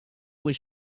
was